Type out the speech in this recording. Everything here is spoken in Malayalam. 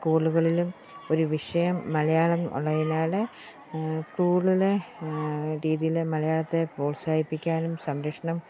സ്കൂളുകളിലും ഒരു വിഷയം മലയാളം ഉള്ളതിനാൽ കൂടുതൽ രീതിയിൽ മലയാളത്തെ പ്രോത്സാഹിപ്പിക്കാനും സംരക്ഷണം